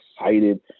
excited